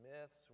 myths